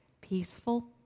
peaceful